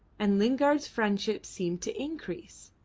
and lingard's friendship seemed to increase.